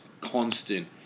constant